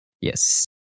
yes